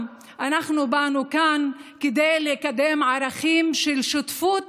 אנחנו באנו לכאן כדי לקדם ערכים של שותפות